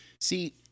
See